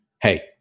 hey